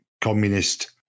communist